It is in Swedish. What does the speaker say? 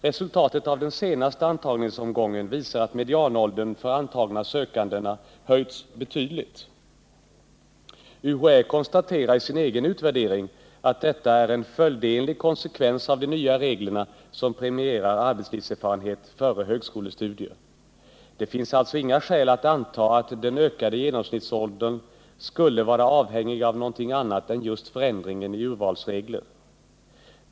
Resultatet av den senaste antagningsomgången visar att medianåldern för antagna sökande höjts betydligt. UHÄ konstaterar i sin egen utvärdering att detta är en följdenlig konsekvens av de nya reglerna, som premierar arbetslivserfarenhet före högskolestudier. Det finns alltså inga skäl att anta att den ökade genomsnittsåldern skulle vara avhängig av någonting annat än just förändringen i urvalsreglerna.